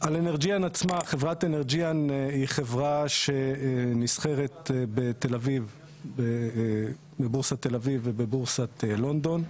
חברת אנרג'יאן היא חברה שנסחרת בבורסת תל אביב ובבורסת לונדון.